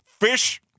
fish